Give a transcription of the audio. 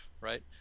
right